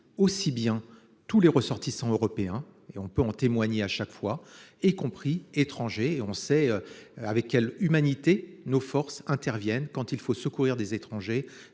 aussi bien tous les ressortissants européens et on ne peut en témoigner. À chaque fois et y compris étrangers on sait. Avec quelle humanité nos forces interviennent quand il faut secourir des étrangers.